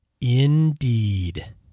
Indeed